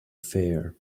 fair